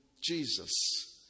Jesus